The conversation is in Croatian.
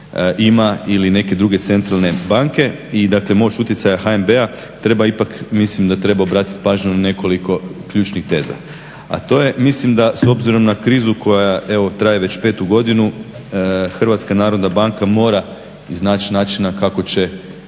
ima ili neke druge centralne banke. I dakle moć utjecaja HNB-a treba ipak, mislim da treba obratit pažnju na nekoliko ključnih teza. A to je, mislim da s obzirom na krizu koja evo traje već 5 godinu, HNB mora iznaći načina kako će